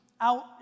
out